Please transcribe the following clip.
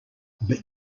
but